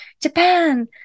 japan